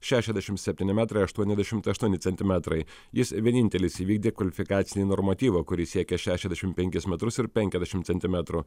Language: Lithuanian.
šešiasdešim septyni metrai aštuoniasdešimt aštuoni centimetrai jis vienintelis įvykdė kvalifikacinį normatyvą kuris siekė šešiasdešim penkis metrus ir penkiasdešimt centimetrų